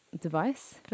device